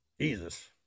Jesus